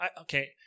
Okay